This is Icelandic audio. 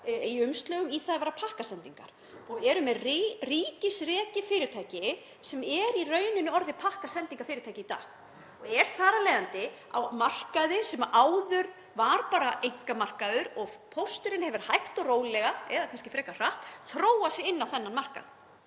í umslögum í það að vera pakkasendingar. Við erum með ríkisrekið fyrirtæki sem er í rauninni orðið pakkasendingafyrirtæki í dag og er þar af leiðandi á markaði sem áður var bara einkamarkaður og pósturinn hefur hægt og rólega, eða kannski frekar hratt, þróað sig inn á þann markað.